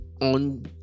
on